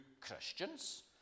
Christians